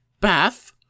bath